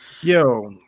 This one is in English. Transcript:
Yo